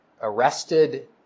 arrested